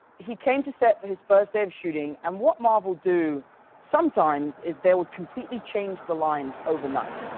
he came to set for his first day of shooting, and what marvel do sometimes is, they will completely change the lines overnight.